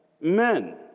men